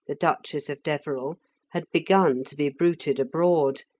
the duchess of deverell, had begun to be bruited abroad,